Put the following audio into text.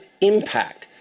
impact